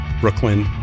Brooklyn